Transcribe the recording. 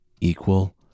Equal